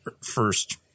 first